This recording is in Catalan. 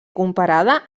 comparada